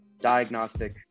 diagnostic